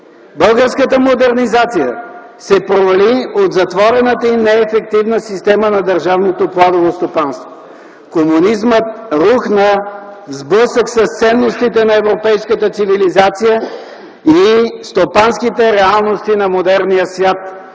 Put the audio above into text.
Българската модернизация се провали от затворената и неефективна система на държавното планово стопанство. Комунизмът рухна в сблъсък с ценностите на европейската цивилизация и стопанските реалности на модерния свят.